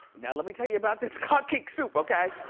now let me tell you about this kaq'ik soup, okay?